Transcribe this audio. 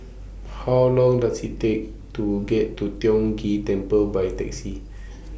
How Long Does IT Take to get to Tiong Ghee Temple By Taxi